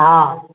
हा